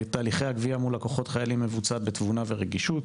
תהליכי גביה מול לקוחות חיילים מבוצעת בתבונה ורגישות.